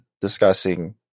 discussing